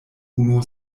unu